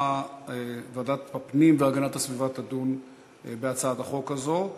ועדת הפנים והגנת הסביבה תדון בהצעת החוק הזו.